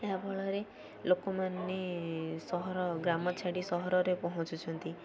ଏହା ଫଳରେ ଲୋକମାନେ ସହର ଗ୍ରାମ ଛାଡ଼ି ସହରରେ ପହଞ୍ଚୁଛନ୍ତି